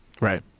Right